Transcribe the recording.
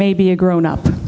may be a grown up